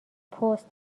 پست